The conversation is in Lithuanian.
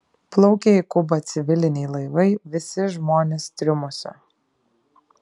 plaukia į kubą civiliniai laivai visi žmonės triumuose